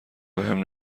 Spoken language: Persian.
بهم